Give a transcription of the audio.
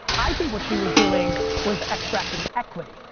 i think what she was doing was extracting equity.